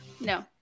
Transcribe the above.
No